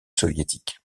soviétique